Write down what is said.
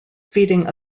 feeding